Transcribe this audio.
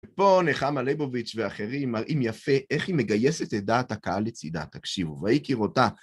פה נחמה ליבוביץ' ואחרים מראים יפה, איך היא מגייסת את דעת הקהל לצידה, תקשיבו, ויהי כראותה.